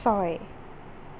ছয়